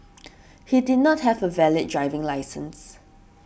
he did not have a valid driving licence